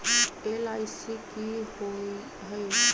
LIC की होअ हई?